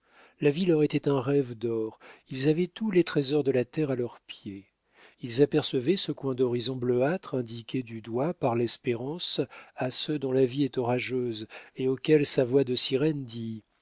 la vie leur était un rêve d'or ils avaient tous les trésors de la terre à leurs pieds ils apercevaient ce coin d'horizon bleuâtre indiqué du doigt par l'espérance à ceux dont la vie est orageuse et auxquels sa voix de sirène